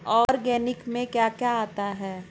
Organic में क्या क्या आता है?